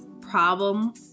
problem